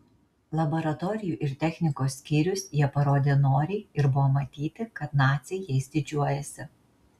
laboratorijų ir technikos skyrius jie parodė noriai ir buvo matyti kad naciai jais didžiuojasi